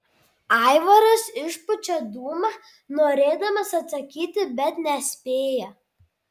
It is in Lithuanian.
aivaras išpučia dūmą norėdamas atsakyti bet nespėja